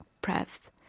breath